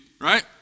right